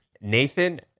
Nathan